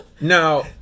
Now